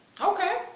okay